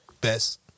best